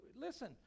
listen